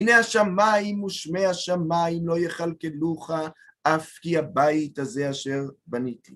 ‫הנה השמיים ושמי השמיים ‫לא יכלכלוך אף כי הבית הזה אשר בניתי.